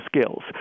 skills